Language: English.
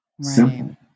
Simple